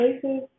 places